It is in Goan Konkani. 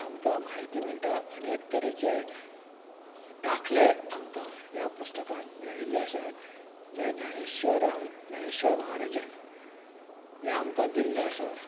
आमकां म्हायती मेळटा अनेक तरेचे दाखले आमकां ह्या पुस्तकांत मेळिल्ले आसात जे ज्ञानेश्वरान ज्ञानेश्वर म्हाराजान हे आमकां दिल्ले आसा